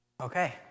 Okay